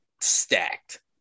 stacked